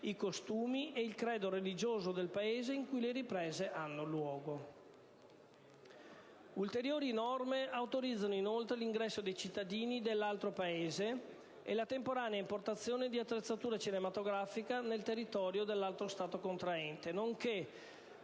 i costumi e il credo religioso del Paese in cui le riprese hanno luogo. Ulteriori norme autorizzano inoltre 1'ingresso di cittadini dell'altro Paese e la temporanea importazione di attrezzatura cinematografica nel territorio dell'altro Stato contraente, nonché